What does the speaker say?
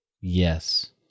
Yes